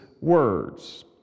words